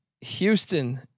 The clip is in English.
Houston